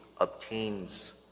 obtains